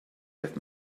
have